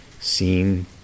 seen